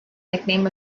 nickname